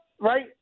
right